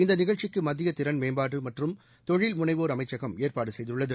இந்த நிகழ்ச்சிக்கு மத்திய திறன் மேம்பாடு மற்றும் தொழில் முனைவோர் அமைச்சகம் ஏற்பாடு செய்துள்ளது